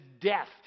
death